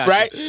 Right